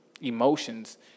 emotions